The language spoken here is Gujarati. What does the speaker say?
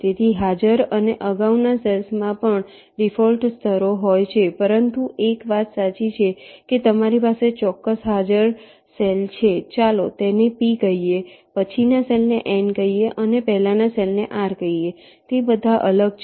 તેથી હાજર અને અગાઉના સેલ્સ માં પણ ડિફોલ્ટ સ્તરો હોય છે પરંતુ એક વાત સાચી છે કે તમારી પાસે ચોક્કસ હાજર સેલ છે ચાલો તેને P કહીએ પછીના સેલ ને N કહીએ અને પહેલાના સેલ ને R કહીએ તે બધા અલગ છે